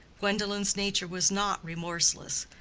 gwendolen's nature was not remorseless,